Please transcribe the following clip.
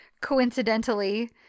Coincidentally